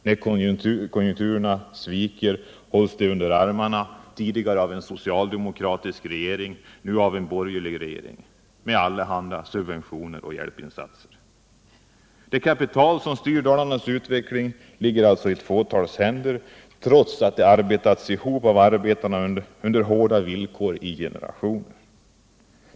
När konjunkturen viker hålls de under armarna — tidigare av en socialdemokratisk regering, nu av en borgerlig regering - med allehanda subventioner och hjälpinsatser. Det kapital som styr Dalarnas utveckling ligger alltså i ett fåtals händer, trots att det arbetats ihop av arbetarna under hårda villkor i generationer.